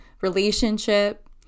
relationship